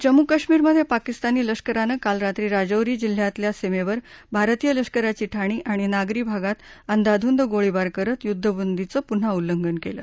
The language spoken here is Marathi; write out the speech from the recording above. जम्मू कश्मीरमधे पाकिस्तानी लष्करानं काल रात्री राजौरी जिल्ह्यातल्या सीमेवर भारतीय लष्कराची ठाणी आणि नागरी भागात अंदाधुद गोळीबार करत युद्दबंदीचं पुन्हा उल्लंघन केलं